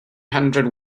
hundred